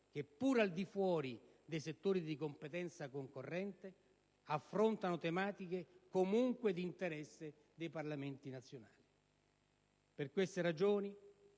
che, pur al di fuori dei settori di competenza concorrente, affrontano tematiche comunque d'interesse dei Parlamenti nazionali. Per queste ragioni,